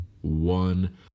one